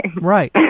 right